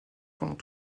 pendant